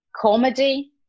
comedy